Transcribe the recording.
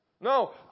No